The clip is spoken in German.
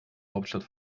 hauptstadt